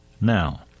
now